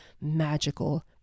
magical